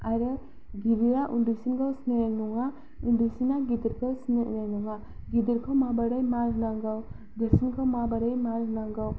आरो गिदिरा उन्दैसिनखौ सिनायनाय नङा उन्दैसिना गेदेरखौ सिनायनाय नङा गिदिरखौ माबोरै मान होनांगौ देरसिनखौ माबोरै मान होनांगौ